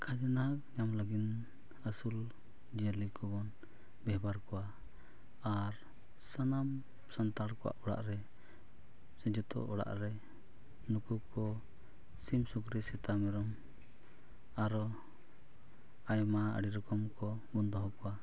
ᱠᱷᱟᱡᱱᱟ ᱧᱟᱢ ᱞᱟᱹᱜᱤᱫ ᱟᱹᱥᱩᱞ ᱡᱤᱭᱟᱹᱞᱤ ᱠᱚᱵᱚᱱ ᱵᱮᱣᱦᱟᱨ ᱠᱚᱣᱟ ᱟᱨ ᱥᱟᱱᱟᱢ ᱥᱟᱱᱛᱟᱲ ᱠᱚᱣᱟᱜ ᱚᱲᱟᱜ ᱨᱮ ᱥᱮ ᱡᱚᱛᱚ ᱚᱲᱟᱜ ᱨᱮ ᱱᱩᱠᱩ ᱠᱚ ᱥᱤᱢ ᱥᱩᱠᱨᱤ ᱥᱮᱛᱟ ᱢᱮᱨᱚᱢ ᱟᱨᱚ ᱟᱭᱢᱟ ᱟᱹᱰᱤ ᱨᱚᱠᱚᱢ ᱠᱚᱵᱚᱱ ᱫᱚᱦᱚ ᱠᱚᱣᱟ